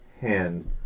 hand